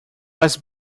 was